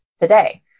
today